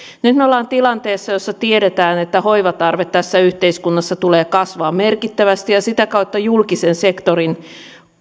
nyt me olemme tilanteessa jossa tiedetään että hoivan tarve tässä yhteiskunnassa tulee kasvamaan merkittävästi ja sitä kautta julkisen sektorin